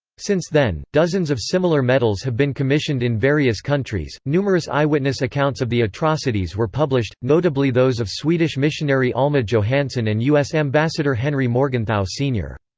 since then, dozens of similar medals have been commissioned in various countries numerous eyewitness accounts of the atrocities were published, notably those of swedish missionary alma johansson and u s. ambassador henry morgenthau, sr.